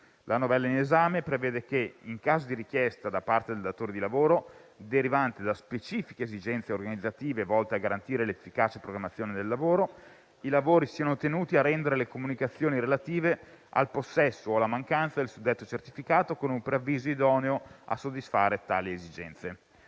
La novella in esame prevede che, in caso di richiesta da parte del datore di lavoro derivante da specifiche esigenze organizzative volte a garantire l'efficace programmazione del lavoro, i lavoratori siano tenuti a rendere le comunicazioni relative al possesso o alla mancanza del suddetto certificato con un preavviso idoneo a soddisfare tali esigenze.